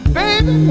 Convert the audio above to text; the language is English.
baby